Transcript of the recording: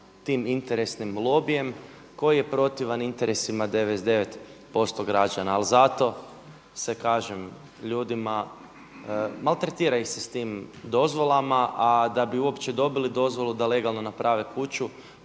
tim interesnim lobijem koji je protivan interesima 99% građana, ali zato se kažem ljudima maltretira ih se s tim dozvolama a da bi uopće dobili dozvolu da legalno naprave kuću